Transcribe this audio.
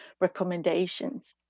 recommendations